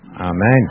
Amen